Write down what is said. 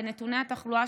בנתוני התחלואה,